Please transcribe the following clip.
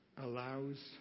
allows